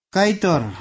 Kaitor